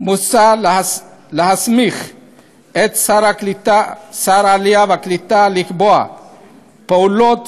על כך מוצע להסמיך את שר העלייה והקליטה לקבוע פעולות